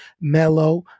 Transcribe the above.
mellow